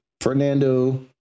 Fernando